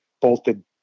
bolted